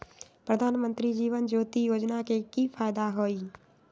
प्रधानमंत्री जीवन ज्योति योजना के की फायदा हई?